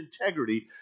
integrity